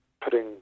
putting